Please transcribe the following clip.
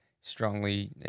strongly